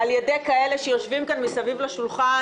אני נזרקתי לדיונים על ידי כאלה שיושבים כאן סביב השולחן